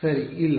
ಸರಿ ಇಲ್ಲ